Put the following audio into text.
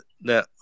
now